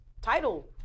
title